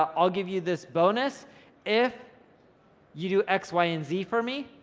ah i'll give you this bonus if you do x, y, and z for me.